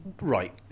right